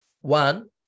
One